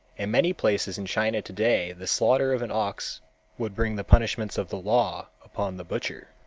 in many places in china today the slaughter of an ox would bring the punishments of the law upon the butcher.